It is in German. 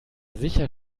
sicher